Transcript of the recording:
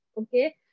okay